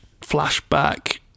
flashback